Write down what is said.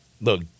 Look